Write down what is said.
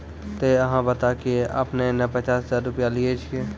ते अहाँ बता की आपने ने पचास हजार रु लिए छिए?